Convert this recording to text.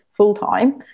full-time